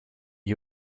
you